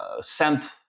sent